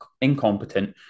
incompetent